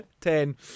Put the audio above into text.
ten